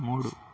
మూడు